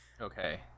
Okay